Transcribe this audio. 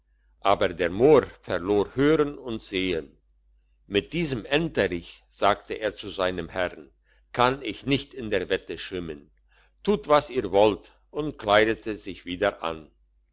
aber der mohr verlor hören und sehen mit diesem enterich sagte er zu seinem herrn kann ich nicht in die wette schwimmen tut was ihr wollt und kleidete sich wieder an